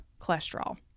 cholesterol